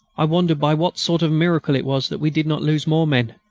i wondered by what sort of miracle it was that we did not lose more men.